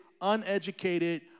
uneducated